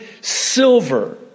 silver